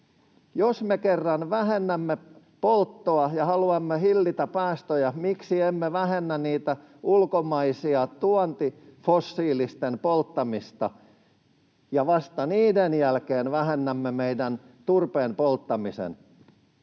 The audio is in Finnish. Jos me kerran vähennämme polttoa ja haluamme hillitä päästöjä, miksi emme vähennä ulkomaisten tuontifossiilisten polttamista ja vasta sen jälkeen vähennä meidän turpeen polttamista?